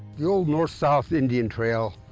the old north south indian trail,